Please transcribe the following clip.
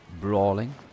brawling